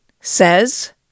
says